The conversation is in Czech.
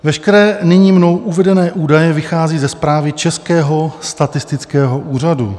Veškeré nyní mnou uvedené údaje vycházejí ze zprávy Českého statistického úřadu.